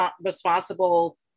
responsible